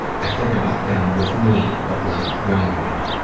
i think about them with me but like young me.